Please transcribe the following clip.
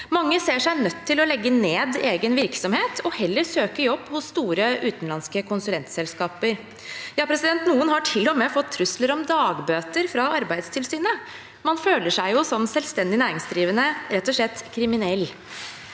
Mange ser seg nødt til å legge ned egen virksomhet og heller søke jobb hos store utenlandske konsulentselskaper. Ja, noen har til og med fått trusler om dagbøter fra Arbeidstilsynet. Man føler seg jo, som selvstendig næringsdrivende, rett og slett som kriminell.